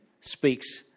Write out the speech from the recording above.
speaks